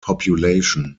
population